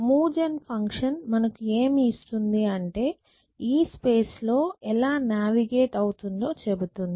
move gen function మనకు ఏమి ఇస్తుంది అంటే ఈ స్పేస్ లో ఎలా నావిగేట్ అవుతుందో చెబుతుంది